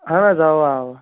اہن حظ اوا اوا